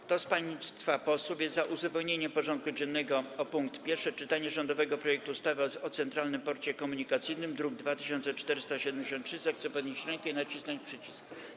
Kto z państwa posłów jest za uzupełnieniem porządku dziennego o punkt: Pierwsze czytanie rządowego projektu ustawy o Centralnym Porcie Komunikacyjnym, druk nr 2473, zechce podnieść rękę i nacisnąć przycisk.